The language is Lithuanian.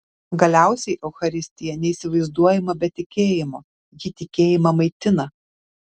galiausiai eucharistija neįsivaizduojama be tikėjimo ji tikėjimą maitina